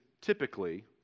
typically